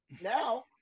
now